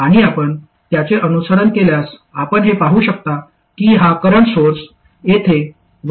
आणि आपण त्याचे अनुसरण केल्यास आपण हे पाहू शकता की हा करंट सोर्स येथे 1